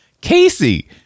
Casey